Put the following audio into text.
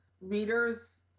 readers